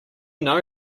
know